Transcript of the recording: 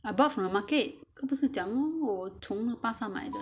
I bought from the market 刚不是讲 lor 我从买的